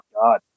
God